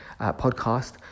podcast